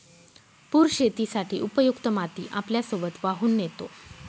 पूर शेतीसाठी उपयुक्त माती आपल्यासोबत वाहून नेतो